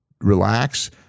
relax